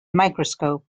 microscope